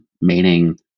meaning